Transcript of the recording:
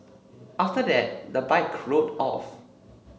after that the bike rode off